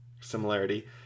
similarity